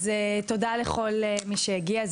שלום, תודה לכל מי שהגיע.